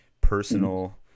personal